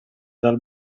dal